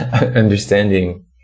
understanding